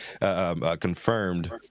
confirmed